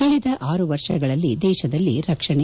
ಕಳೆದ ಆರು ವರ್ಷಗಳಲ್ಲಿ ದೇಶದಲ್ಲಿ ರಕ್ಷಣೆ